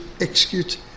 execute